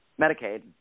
medicaid